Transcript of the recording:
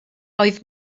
oedd